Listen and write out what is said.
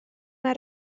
mae